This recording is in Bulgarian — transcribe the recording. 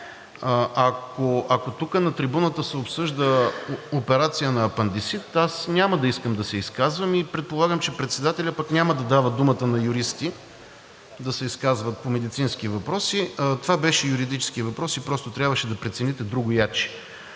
Ако тук на трибуната се обсъжда операция на апандисит, аз няма да искам да се изказвам и предполагам, че председателят пък няма да дава думата на юристи да се изказват по медицински въпроси. Това беше юридически въпрос и просто трябваше да прецените другояче.